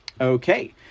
Okay